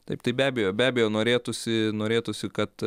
taip tai be abejo be abejo norėtųsi norėtųsi kad